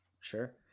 sure